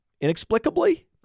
inexplicably